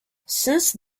since